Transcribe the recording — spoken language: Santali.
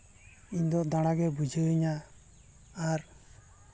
ᱤᱧ ᱫᱚ ᱫᱟᱬᱟᱜᱮ ᱵᱩᱡᱷᱟᱹᱣᱤᱧᱟ ᱟᱨ